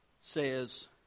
says